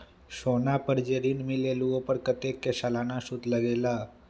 सोना पर जे ऋन मिलेलु ओपर कतेक के सालाना सुद लगेल?